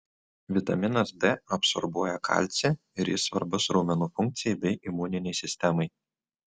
vitaminas d absorbuoja kalcį ir jis svarbus raumenų funkcijai bei imuninei sistemai